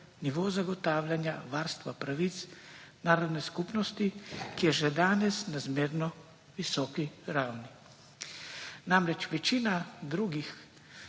nivo zagotavljanja varstva pravic narodne skupnosti, ki je že danes na zmerno visoko ravni. Namreč večina drugih